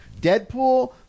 Deadpool